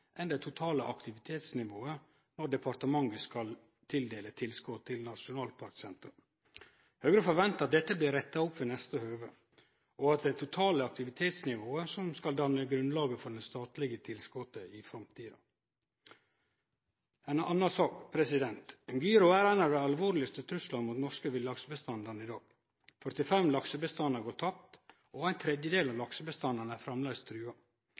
enn på det totale aktivitetsnivået når departementet skal tildele tilskot til nasjonalparksentera. Høgre forventar at dette blir retta opp ved neste høve, og at det er det totale aktivitetsnivået som skal danne grunnlaget for det statlege tilskotet i framtida. Så til ei anna sak. Gyro er ein av dei alvorlegaste truslane mot dei norske villaksbestandane i dag. 45 laksebestandar har gått tapt, og ein tredjedel av laksebestandane er framleis trua.